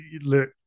look